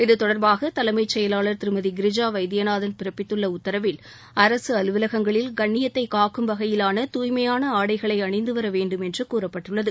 இது தொடர்பாக தலைமைச் செயலர் திருமதி கிரிஜா வைத்தியநாதன் பிறப்பித்துள்ள உத்தரவில் அரசு அலுவலகங்களில் கண்ணியத்தை காக்கும் வகையிலான தூய்மையான ஆட்களை அணிந்து வர வேண்டும் என்று கூறப்பட்டுள்ளது